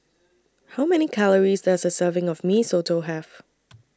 How Many Calories Does A Serving of Mee Soto Have